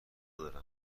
دارم